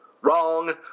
wrong